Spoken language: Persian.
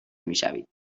میشوید